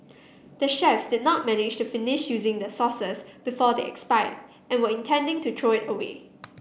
the chefs did not manage finish using the sauces before they expired and were intending to throw it away